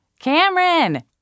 Cameron